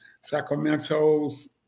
Sacramento's